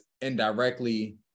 indirectly